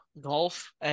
Golf